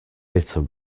bitter